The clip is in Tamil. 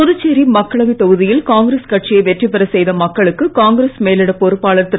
புதுச்சேரி மக்களவைத் தொகுதியில் காங்கிரஸ் கட்சியை வெற்றி பெற செய்த மக்களுக்கு காங்கிரஸ் மேலிட பொறுப்பாளர் திரு